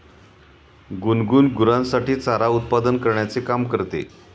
गुनगुन गुरांसाठी चारा उत्पादन करण्याचे काम करते